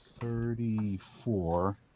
Thirty-four